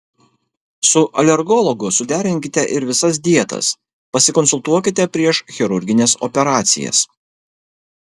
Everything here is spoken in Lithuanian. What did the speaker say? su alergologu suderinkite ir visas dietas pasikonsultuokite prieš chirurgines operacijas